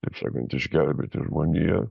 taip sakant išgelbėti žmoniją